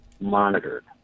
monitored